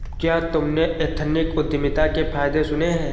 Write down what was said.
क्या तुमने एथनिक उद्यमिता के फायदे सुने हैं?